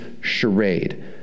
charade